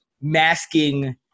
masking